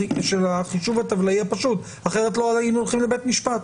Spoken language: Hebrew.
החישוב הטבלאי הפשוט כי אחרת לא היינו הולכים לבית משפט.